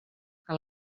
que